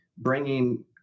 bringing